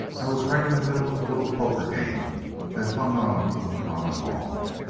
i was right in the middle of a little poker game that hung on uncommon long.